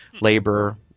labor